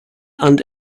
and